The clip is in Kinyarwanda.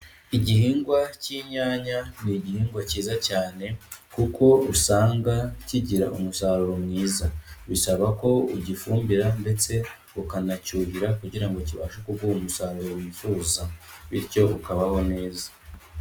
Igihingwa cy'inyanya ni igihingwa cyiza cyane, kuko usanga kigira umusaruro mwiza, bisaba ko ugifumbira ndetse ukanacyuhira kugira ngo kibashe kuguha umusaruro wifuza, bityo ukabaho neza.